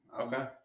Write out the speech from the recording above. Okay